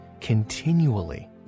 continually